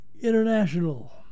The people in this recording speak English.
International